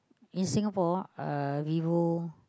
in Singapore uh Vivo